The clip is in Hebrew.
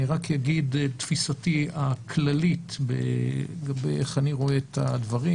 אני רק אגיד את תפיסתי הכללית לגבי איך אני רואה את הדברים,